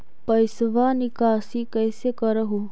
पैसवा निकासी कैसे कर हो?